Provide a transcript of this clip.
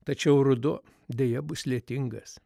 tačiau ruduo deja bus lietingas